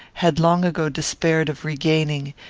had long ago despaired of regaining,